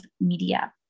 media